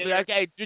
okay